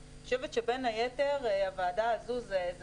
אני חושבת שבין היתר הוועדה הזו היא איזה